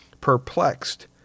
perplexed